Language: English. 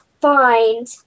find